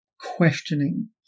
questioning